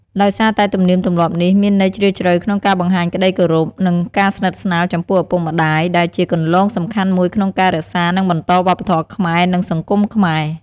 ដោយសារតែទំនៀមទម្លាប់នេះ មានន័យជ្រាលជ្រៅក្នុងការបង្ហាញក្តីគោរព និងការស្និទ្ធស្នាលចំពោះឪពុកម្ដាយ ដែលជាគន្លងសំខាន់មួយក្នុងការ រក្សា និងបន្តវប្បធម៌ខ្មែរ និងសង្គមខ្មែរ។